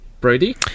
Brady